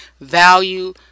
value